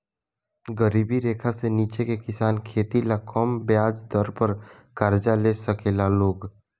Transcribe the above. गरीबी रेखा से नीचे के किसान खेती ला कम ब्याज दर पर कर्जा ले साकेला लोग